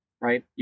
right